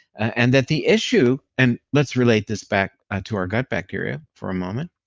and that the issue, and let's relate this back and to our gut bacteria for a moment,